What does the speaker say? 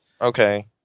Okay